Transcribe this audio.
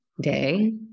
day